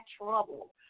trouble